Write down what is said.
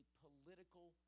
political